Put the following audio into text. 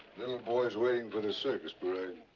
little boys waiting for the circus parade.